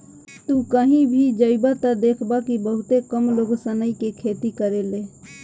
तू कही भी जइब त देखब कि बहुते कम लोग सनई के खेती करेले